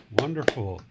wonderful